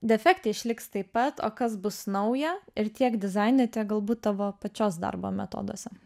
defekt išliks taip pat o kas bus nauja ir tiek dizaine tiek galbūt tavo pačios darbo metoduose